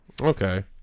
okay